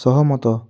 ସହମତ